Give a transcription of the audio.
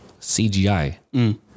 CGI